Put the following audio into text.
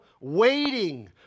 waiting